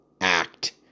act